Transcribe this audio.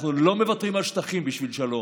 אנחנו לא מוותרים על שטחים בשביל שלום.